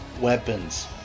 weapons